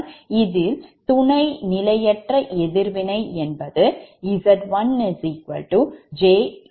இதில் துணை நிலையற்ற எதிர்வினை என்பது Z1 jXd 1